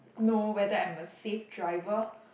know whether I'm a safe driver